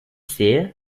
sehe